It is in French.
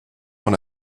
dans